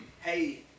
hey